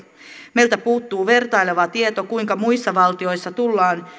meiltä puuttuu vertaileva tieto kuinka muissa valtioissa tullaan